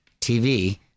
TV